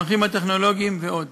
במערכים הטכנולוגיים ועוד.